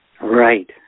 Right